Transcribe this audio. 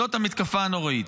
זאת מתקפה נוראית